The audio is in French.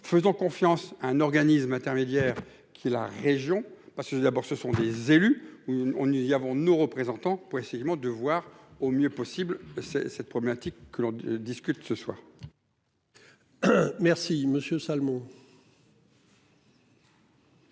faisons confiance un organisme intermédiaire qui la région parce que d'abord ce sont des élus ou on nous y avons-nous représentant précisément de voir au mieux possible. C'est cette problématique que l'on discute ce soir. Hein. Merci Monsieur Salmon.